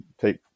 take